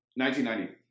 1990